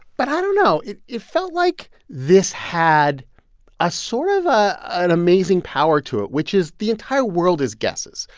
but i don't know. it it felt like this had a sort of ah an amazing power to it, which is the entire world is guesses.